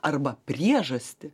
arba priežastį